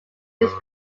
its